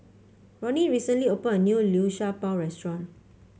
Roni recently opened a new Liu Sha Bao restaurant